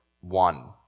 one